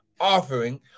offering